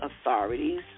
authorities